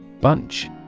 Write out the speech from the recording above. Bunch